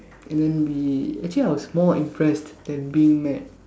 and then we actually I was more impressed than being mad